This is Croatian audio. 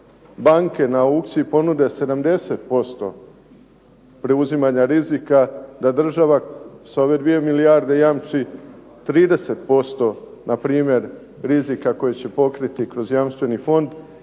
banke na aukciji ponude 70% preuzimanja rizika, da država sa ove 2 milijarde jamči 30% na primjer rizika koji će pokriti kroz jamstveni fond